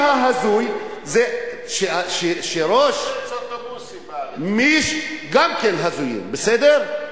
זה שראש, בארץ, גם כן הזויים, בסדר?